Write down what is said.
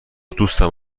دوستم